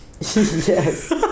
yes